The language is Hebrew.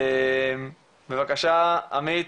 בבקשה עמית.